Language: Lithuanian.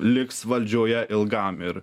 liks valdžioje ilgam ir